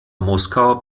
moskauer